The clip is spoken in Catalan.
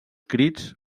crits